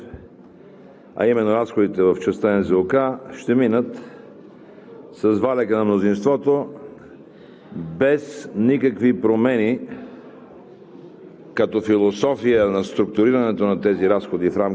тук е директорът на НЗОК, управителят, тоест професор Салчев, а именно разходите в частта „НЗОК“ ще минат с валяка на мнозинството без никакви промени